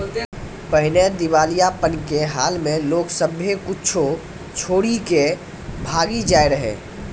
पहिने दिबालियापन के हाल मे लोग सभ्भे कुछो छोरी के भागी जाय रहै